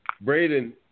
Braden